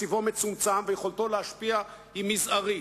תקציבו מצומצם ויכולתו להשפיע היא מזערית.